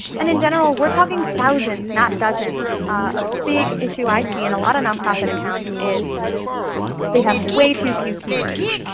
and in general we're talking thousands, not dozens. a big issue i see in a lot of nonprofits accounts is they have way too few keywords.